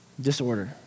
disorder